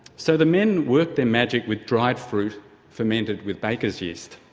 so the men worked their magic with dried fruit fermented with baker's yeast.